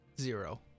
zero